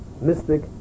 mystic